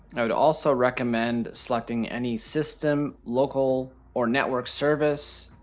i would also recommend selecting any system local or network service,